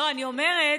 אני אומרת,